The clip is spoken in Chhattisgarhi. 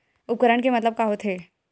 उपकरण के मतलब का होथे?